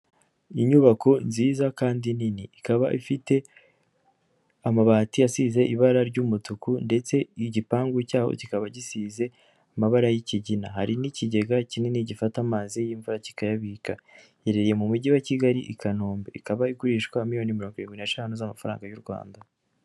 Inyubako nziza kandi nini, ikaba ifite amabati asize ibara ry'umutuku ndetse igipangu cyaho kikaba gisize amabara y'ikigina, hari n'ikigega kinini gifata amazi y'imvura ikayabika, iherereye mu Mujyi wa Kigali, i Kanombe, ikaba igurishwa miliyoni mi mirongo irindwi n'eshanu z'amafaranga y'u Rwanda.